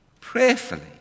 prayerfully